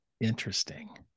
Interesting